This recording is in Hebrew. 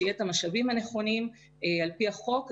שיהיו המשאבים הנכונים על פי החוק,